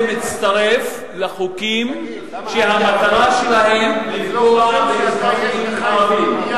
זה מצטרף לחוקים שהמטרה שלהם לפגוע באזרחים ערבים.